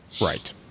right